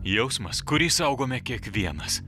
jausmas kurį saugome kiekvienas